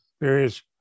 various